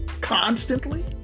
constantly